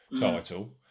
title